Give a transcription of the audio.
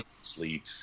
sleep